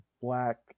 black